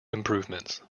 improvements